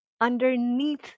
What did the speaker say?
Underneath